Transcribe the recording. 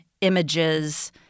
images